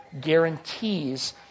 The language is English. guarantees